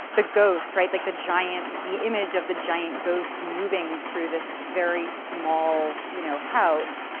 the ghost, right, like the giant, the image of the giant ghost moving through this very small, you know, house.